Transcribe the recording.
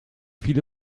viele